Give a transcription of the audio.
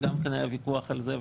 גם כן היה ויכוח על זה,